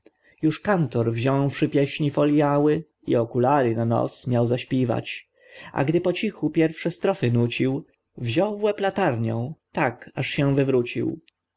już kantor wziąwszy pieśni foljały i okulary na nos miał zaśpiwać a gdy pocichu pierwsze strofy nócił wziął w łeb latarnią tak aż się wywrócił